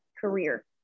career